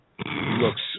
looks